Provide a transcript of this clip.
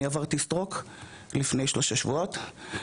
אני עברתי Stroke לפני שלושה שבועות,